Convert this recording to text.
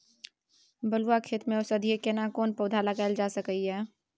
बलुआ खेत में औषधीय केना पौधा लगायल जा सकै ये?